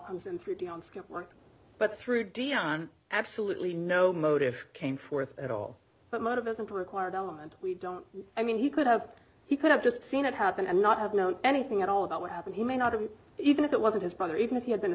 comes in three d on skip work but through deon absolutely no motive came forth at all but motivation to acquire the element we don't i mean he could have he could have just seen it happen and not have known anything at all about what happened he may not have even if it wasn't his brother even if he had been a